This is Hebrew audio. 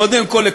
קודם כול,